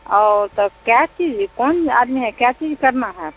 औ तो क्या चीज़ कौन आदमी है क्या चीज़ करना है आपको